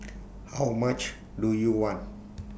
how much do you want